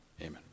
Amen